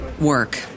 work